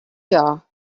here